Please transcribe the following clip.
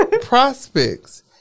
prospects